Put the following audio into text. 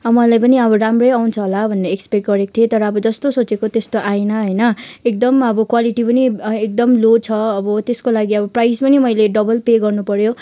अब मलाई पनि अब राम्रै आउँछ होला भन्ने एक्सपेक्ट गरेको थिएँ तर अब जस्तो सोचेको त्यस्तो आएन होइन एकदम अब क्वालिटी पनि एकदम लो छ अब त्यसको लागि अब प्राइज पनि मैले डबल पे गर्नु पऱ्यो